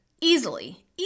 easily